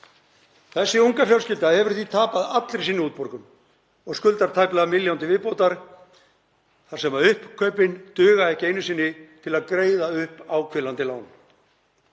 Þessi unga fjölskylda hefur því tapað allri sinni útborgun og skuldar tæplega milljón til viðbótar þar sem uppkaupin duga ekki einu sinni til að greiða upp áhvílandi lán.